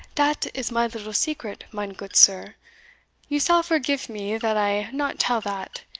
dat is my little secret, mine goot sir you sall forgife me that i not tell that.